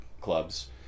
clubs